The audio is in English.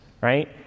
right